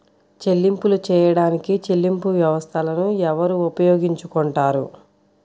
చెల్లింపులు చేయడానికి చెల్లింపు వ్యవస్థలను ఎవరు ఉపయోగించుకొంటారు?